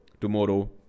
tomorrow